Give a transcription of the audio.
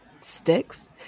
sticks